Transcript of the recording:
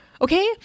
Okay